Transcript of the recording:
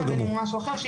זה